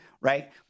right